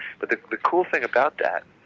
but the the cool thing about that,